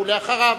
ואחריו,